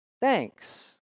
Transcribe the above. Thanks